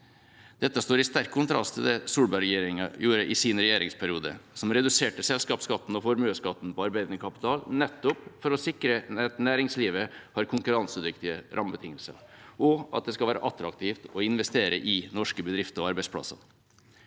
Dette står i sterk kontrast til det Solberg-regjeringa gjorde i sin regjeringsperiode, som reduserte selskapsskatten og formuesskatten på arbeidende kapital nettopp for å sikre at næringslivet har konkurransedyktige rammebetingelser, og at det skal være attraktivt å investere i norske bedrifter og arbeidsplasser.